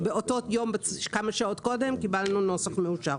באותו יום כמה שעות קודם קיבלנו נוסח מאושר.